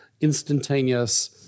instantaneous